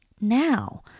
now